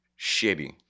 shitty